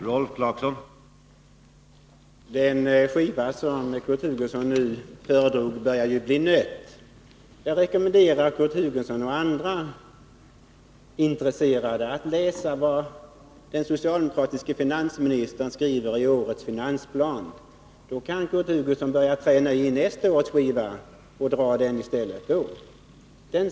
Herr talman! Den skiva som Kurt Hugosson nu föredrog börjar bli nött. Jag rekommenderar Kurt Hugosson och andra intresserade att läsa vad den socialdemokratiske finansministern skriver i årets finansplan. Då kan Kurt Hugosson börja träna på nästa års skiva och dra den i stället.